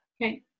Okay